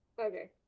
okay